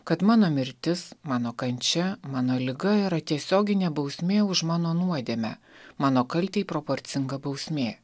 kad mano mirtis mano kančia mano liga yra tiesioginė bausmė už mano nuodėmę mano kaltei proporcinga bausmė